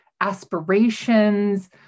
aspirations